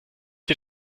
ihr